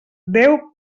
deu